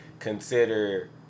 consider